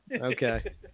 Okay